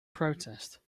protest